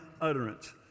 utterance